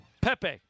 Pepe